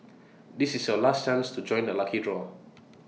this is your last chance to join the lucky draw